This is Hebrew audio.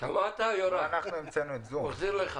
אנחנו רוצים לשמוע את מנכ"ל המשרד